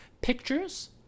pictures